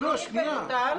אז איך זה מסתדר?